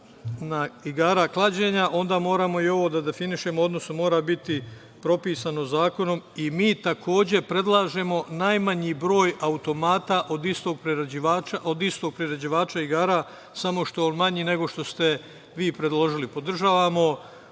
i igara klađenja, onda moramo i ovo da definišemo, odnosno mora biti propisano zakonom. Mi, takođe, predlažemo najmanji broj automata od istog priređivača igara, samo manji nego što ste vi predložili. Podržavamo